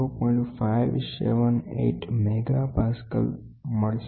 578 MPa મળશે